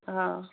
अँ